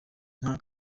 nka